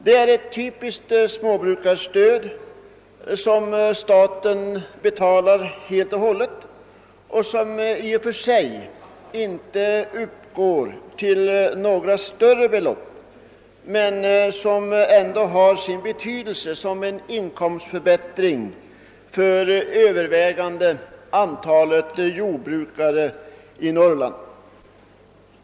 Det är ett typiskt småbrukarstöd, som staten betalar helt och hållet och som i och för sig inte uppgår till några större belopp men ändå har sin betydelse som en inkomstförbättring för det övervägande antalet jordbrukare i Norrland.